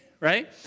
right